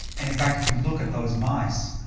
and in fact, if we look at those mice,